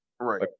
Right